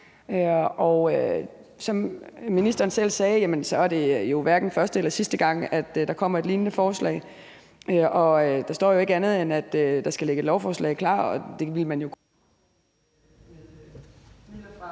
Som ministeren selv sagde, er det jo hverken første eller sidste gang, at der kommer et lignende forslag. Der står jo ikke andet, end at der skal ligge et lovforslag klar, og det ville man jo kunne